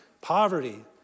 poverty